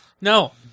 No